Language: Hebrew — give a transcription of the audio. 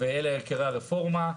ואלה עיקרי הרפורמה.